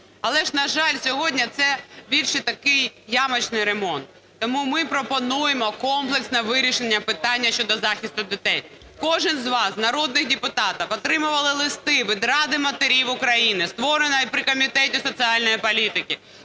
Але ж, на жаль, сьогодні це більше такий ямочний ремонт. Тому ми пропонуємо комплексне вирішення питання щодо захисту дітей. Кожен з вас народних депутатів отримували листи від Ради матерів України, створеного при Комітеті соціальної політики.